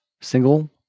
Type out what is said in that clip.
single